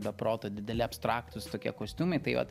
be proto dideli abstraktūs tokie kostiumai tai vat